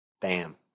Bam